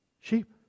Sheep